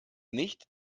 nicht